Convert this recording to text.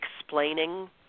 explaining